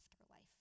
afterlife